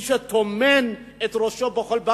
מי שטומן את ראשו בחול,